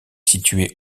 situé